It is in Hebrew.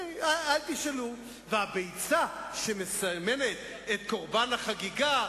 אל תשאלו, והביצה, שמסמלת את קורבן החגיגה,